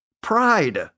pride